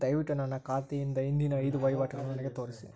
ದಯವಿಟ್ಟು ನನ್ನ ಖಾತೆಯಿಂದ ಹಿಂದಿನ ಐದು ವಹಿವಾಟುಗಳನ್ನು ನನಗೆ ತೋರಿಸಿ